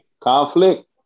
Conflict